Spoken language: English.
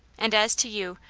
and as to you,